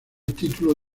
título